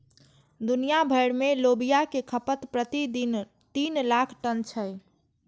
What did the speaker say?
दुनिया भरि मे लोबिया के खपत प्रति दिन तीन लाख टन छै